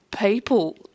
people